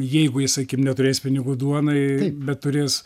jeigu jis sakim neturės pinigų duonai bet turės